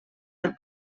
del